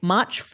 March